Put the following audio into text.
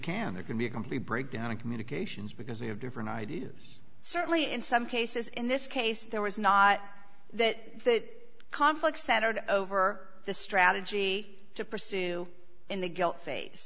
can there can be a complete breakdown in communications because they have different ideas certainly in some cases in this case there was not that conflict centered over the strategy to pursue in the guilt